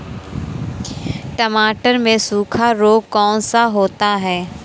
टमाटर में सूखा रोग कौन सा होता है?